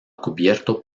cubierto